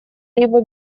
либо